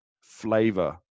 flavor